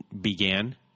began